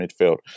midfield